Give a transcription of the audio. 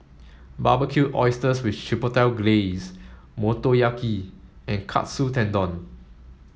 Barbecued Oysters with Chipotle Glaze Motoyaki and Katsu Tendon